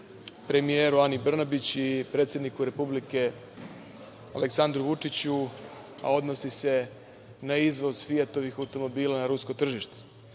premijeru Ani Brnabić i predsedniku Republike, Aleksandru Vučiću, a odnosi se na izvoz „Fijatovih“ automobila na rusko tržište. Dakle,